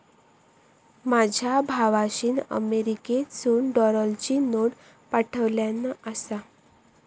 माझ्या भावाशीन अमेरिकेतसून डॉलरची नोट पाठवल्यान आसा